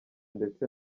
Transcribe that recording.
ndetse